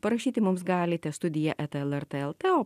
parašyti mums galite studija eta lrt lt o